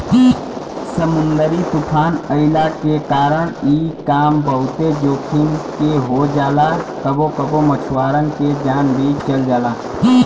समुंदरी तूफ़ान अइला के कारण इ काम बहुते जोखिम के हो जाला कबो कबो मछुआरन के जान भी चल जाला